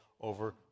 over